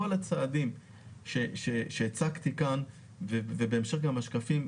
כל הצעדים שהצגתי כאן ובהמשך גם לשקפים,